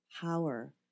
power